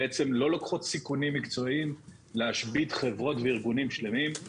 לא לוקחות סיכונים מקצועיים להשבית חברות וארגונים שלמים.